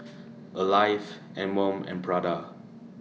Alive Anmum and Prada